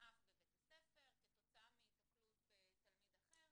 בבית הספר כתוצאה מהתקלות בתלמיד אחר